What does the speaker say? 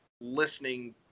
listening